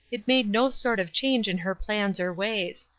it made no sort of change in her plans or ways.